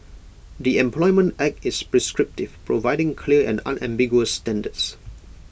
the employment act is prescriptive providing clear and unambiguous standards